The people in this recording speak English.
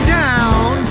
down